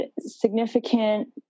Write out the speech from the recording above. significant